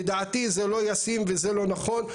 לדעתי זה לא ישים וזה לא נכון.